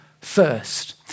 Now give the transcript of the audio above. first